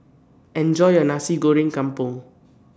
Enjoy your Nasi Goreng Kampung